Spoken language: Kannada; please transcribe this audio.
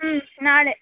ಹ್ಞೂ ನಾಳೆ